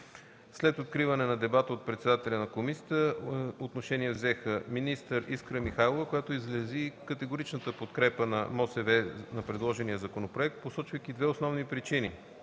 След откриването на дебата от председателя на комисията, отношение взеха: министър Искра Михайлова, която изрази категоричната подкрепа на МОСВ на предложения законопроект, посочвайки две основни причини: